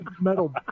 metal